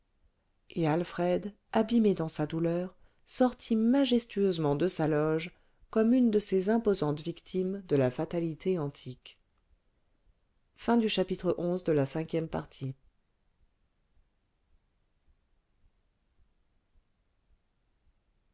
et alfred abîmé dans sa douleur sortit majestueusement de sa loge comme une de ces imposantes victimes de la fatalité antique